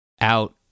out